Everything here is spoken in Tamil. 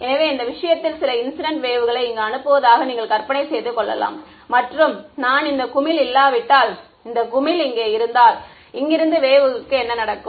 எனவே இந்த விஷயத்தில் சில இன்சிடென்ட் வேவ்களை இங்கு அனுப்புவதாக நீங்கள் கற்பனை செய்து கொள்ளலாம் மற்றும் நான் இந்த குமிழ் இல்லாவிட்டால் இந்த குமிழ் இங்கே இருந்தால் இங்கிருந்து வேவ்களுக்கு என்ன நடக்கும்